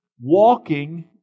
walking